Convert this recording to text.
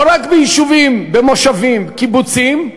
לא רק ביישובים, במושבים, קיבוצים,